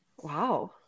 Wow